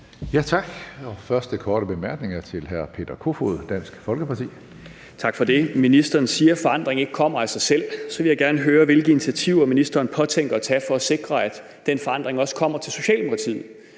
Tak. Første korte bemærkning er til hr. Peter Kofod, Dansk Folkeparti. Kl. 15:00 Peter Kofod (DF): Tak for det. Ministeren siger, at forandring ikke kommer af sig selv. Så vil jeg gerne høre, hvilke initiativer ministeren påtænker at tage for at sikre, at den forandring også kommer til Socialdemokratiet.